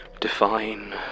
Define